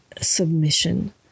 submission